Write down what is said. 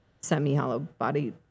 semi-hollow-body